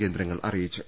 കേന്ദ്രങ്ങൾ അറിയിച്ചു